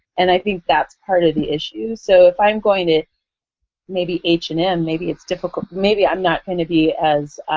and i think that's part of the issue. so if i'm going to maybe h and m, maybe it's difficult maybe i'm not going to be as